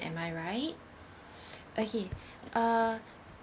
am I right okay uh